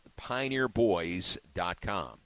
PioneerBoys.com